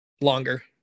longer